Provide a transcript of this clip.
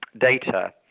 data